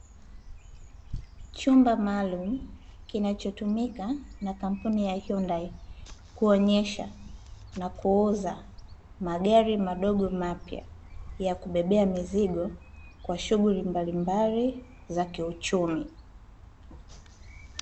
Chumba maalumu kinachotumika na kampuni ya hyundai, kuonyesha na kuuza magari madogo mapya ya kubebea mizigo kwa shughuli mbalimbali, za kiuchumi.